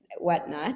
whatnot